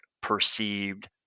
perceived